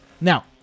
Now